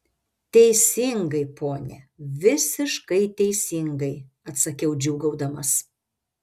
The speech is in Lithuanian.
teisingai pone visiškai teisingai atsakiau džiūgaudamas